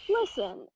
listen